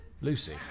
Lucy